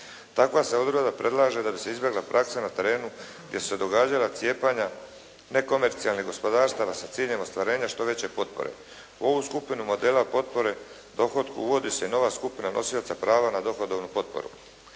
Takva se odredba predlaže da bi se izbjegla praksa na terenu gdje su se događala cijepanja nekomercionalnih gospodarstava sa ciljem ostvarenja što veće potpore. U ovu skupinu modela potpore dohotku uvodi se i nova skupina nosioca prava na dohodovnu potporu.